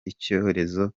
icyongereza